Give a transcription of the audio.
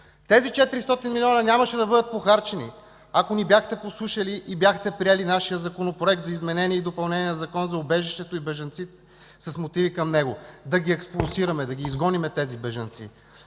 Тези 400 милиона нямаше да бъдат похарчени, ако ни бяхте послушали и бяхте приели нашия Законопроект за изменение и допълнение на Закона за убежището и бежанците с мотиви към него, да ги експулсираме, да ги изгоним тези бежанци.